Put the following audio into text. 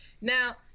Now